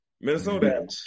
Minnesota